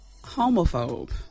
homophobe